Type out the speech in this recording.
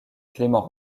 clément